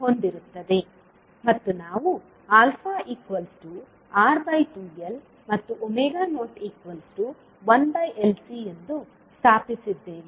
ಮತ್ತು ನಾವು αR2L ಮತ್ತು 01LC ಎಂದು ಸ್ಥಾಪಿಸಿದ್ದೇವೆ